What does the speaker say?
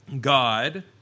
God